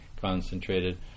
concentrated